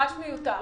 ממש מיותר.